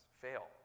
fail